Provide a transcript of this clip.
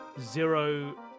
Zero